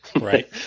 Right